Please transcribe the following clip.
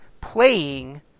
playing